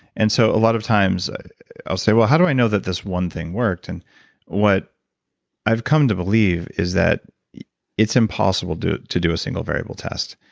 and so a lot of times i'll say, well, how do i know that this one thing worked? and what i've come to believe is that it's impossible to do a single-variable test.